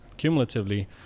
cumulatively